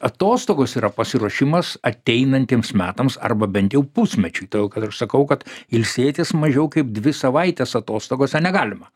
atostogos yra pasiruošimas ateinantiems metams arba bent jau pusmečiui todėl kad aš sakau kad ilsėtis mažiau kaip dvi savaites atostogose negalima